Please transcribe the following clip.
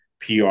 PR